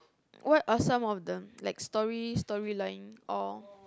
what are some of the like story story line or